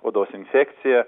odos infekcija